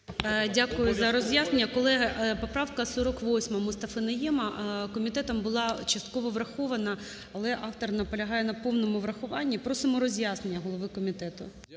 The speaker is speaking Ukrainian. Дякую за роз'яснення. Колеги, поправка 48 МустафиНайєма комітетом була частково врахована, але автор наполягає на повному врахуванні. І просимо роз'яснення голови комітету.